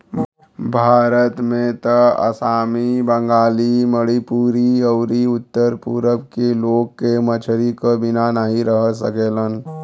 भारत में त आसामी, बंगाली, मणिपुरी अउरी उत्तर पूरब के लोग के मछरी क बिना नाही रह सकेलन